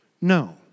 No